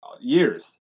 years